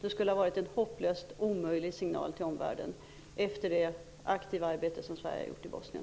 Det skulle ha varit en hopplöst omöjlig signal till omvärlden efter det aktiva arbete som Sverige har utfört i Bosnien.